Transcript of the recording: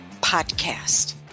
podcast